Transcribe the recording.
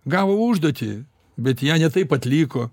gavo užduotį bet ją ne taip atliko